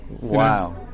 Wow